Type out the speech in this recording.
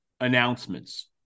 announcements